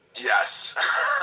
Yes